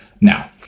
Now